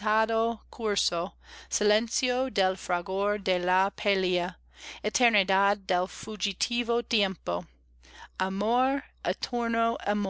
curso silencio del fragor de la pelea eternidad del fugitivo tiempo amor